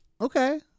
Okay